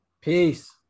peace